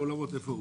איפה הוא?